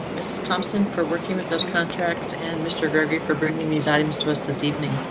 mrs thompson for working with those contracts and mr gregory for bringing these items to us this evening.